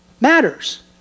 matters